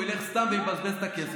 הוא ילך סתם ויבזבז את הכסף.